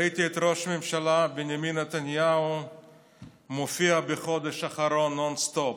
ראיתי את ראש הממשלה בנימין נתניהו מופיע בחודש האחרון נון-סטופ,